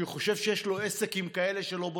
כי הוא חושב שיש לו עסק עם כאלה שלא בודקים.